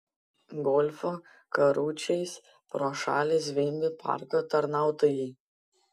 golfo karučiais pro šalį zvimbė parko tarnautojai